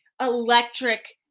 electric